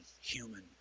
human